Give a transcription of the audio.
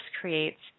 creates